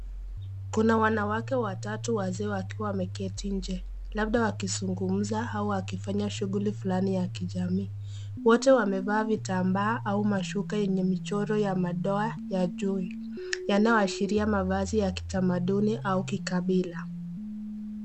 Kuna wanawake watatu wazee wakiwa wame keti nje, labda wakizungumza au wakifanya shughuli fulani ya kijamii. Wote wamevaa vitambaa au mashuka yenye michoro ya madoa ya chui, yanoashiria mavazi ya kitamaduni au kikabila.